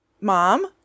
Mom